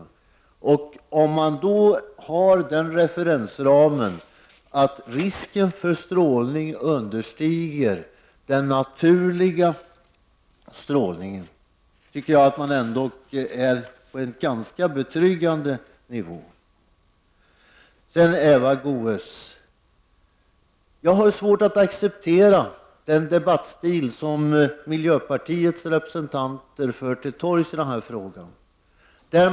Om man tillämpar den referensramen att strålningsdosen skall understiga den naturliga strålningen, tycker jag ändock att man är på en ganska betryggande nivå. Till Eva Goés vill jag säga att jag har svårt att acceptera den debattstil som miljöpartiets representanter använder i denna fråga.